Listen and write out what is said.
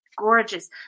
gorgeous